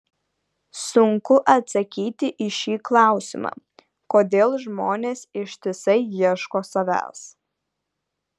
sunku atsakyti į šį klausimą kodėl žmonės ištisai ieško savęs